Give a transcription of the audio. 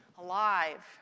alive